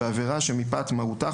בעבירה שמפאת מהותה,